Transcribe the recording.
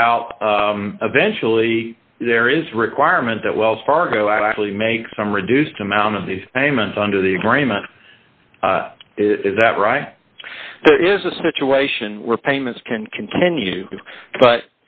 south of eventually there is requirement that wells fargo actually make some reduced amount of these payments under the agreement is that right there is a situation where payments can continue but